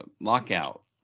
lockout